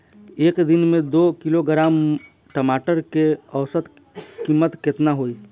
एक दिन में दो किलोग्राम टमाटर के औसत कीमत केतना होइ?